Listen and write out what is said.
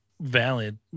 valid